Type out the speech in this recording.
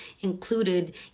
included